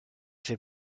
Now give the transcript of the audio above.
fait